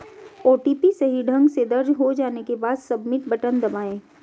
OTP सही ढंग से दर्ज हो जाने के बाद, सबमिट बटन दबाएं